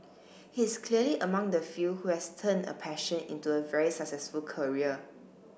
he is clearly among the few who has turned a passion into a very successful career